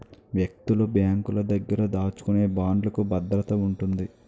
వ్యక్తులు బ్యాంకుల దగ్గర దాచుకునే బాండ్లుకు భద్రత ఉంటుంది